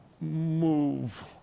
move